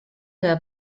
della